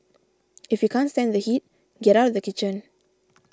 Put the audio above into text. if you can't stand the heat get out of the kitchen